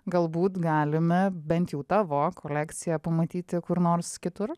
galbūt galime bent jų tavo kolekciją pamatyti kur nors kitur